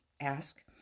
ask